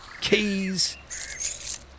Keys